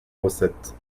recettes